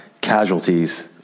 casualties